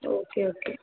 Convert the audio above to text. okay okay